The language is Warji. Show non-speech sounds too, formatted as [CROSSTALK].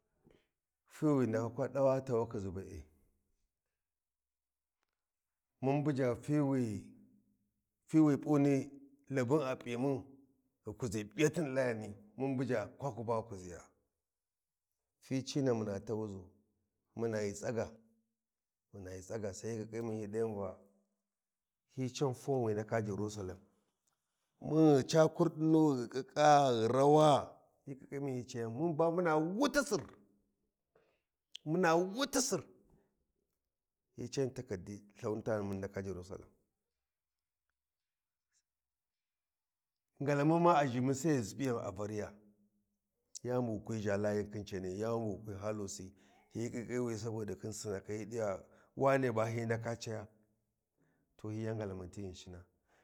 Fi wi ghu ndaka kwi tawa khiʒi be’e mun buja fi we fiwi puni Labun a pimu ghu kuʒi piyatina ɗi Layani mun buja kwaki ba ghi kuʒi ya fi ci na muna tawu ʒu muna ghi tsaga muna ghi tsaga, sai hyi ƙiƙƙiyi mun hyi ɗayan va hyi can form wi ndaka Jarusalam, [NOISE] mun ghi ca kurɗinu ghi ƙiƙoƙa ghi rawa, hyi ƙiƙƙayan hyi cayan mun ba muna wuti Sir, hyi cayan takardi Lhuni tani mun ndaka Jarusalem ngalemu ma a ʒhimu sai gha ʒipiyan a variya yani bu ghi kwi ʒha Layin khin cani yani bu wu kwi hakusi saboda khin Sinakai hyi ɗaga wane ba hyi ndaka caya to hyi yan ngalamu ti Ghinshina.